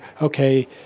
okay